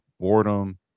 boredom